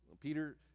Peter